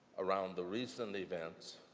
around the recent events